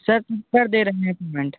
sir कर दे रहे हैं पेमेंट